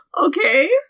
Okay